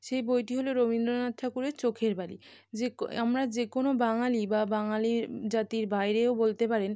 সেই বইটি হলো রবীন্দ্রনাথ ঠাকুরের চোখের বালি যেকো আমরা যে কোনো বাঙালি বা বাঙালি জাতির বাইরেও বলতে পারেন